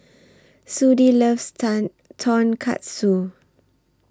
Sudie loves Tonkatsu